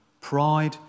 pride